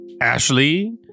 Ashley